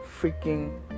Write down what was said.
freaking